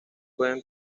pueden